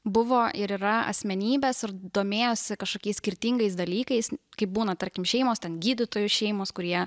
buvo ir yra asmenybės ir domėjosi kažkokiais skirtingais dalykais kaip būna tarkim šeimos gydytojų šeimos kurie